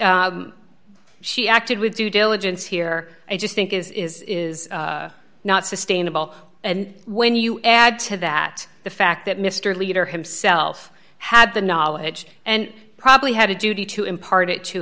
she acted with due diligence here i just think is is is not sustainable and when you add to that the fact that mr leader himself had the knowledge and probably had a duty to impart it to